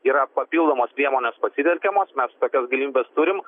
yra papildomos priemonės pasitelkiamos mes tokias galimybes turim